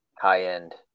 high-end